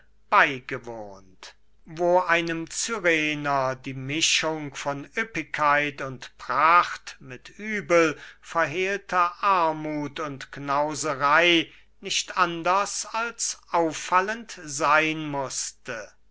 beygewohnt wo einem cyrener die mischung von üppigkeit und pracht mit übel verhehlter armuth und knauserey nicht anders als auffallend seyn mußte